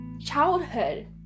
childhood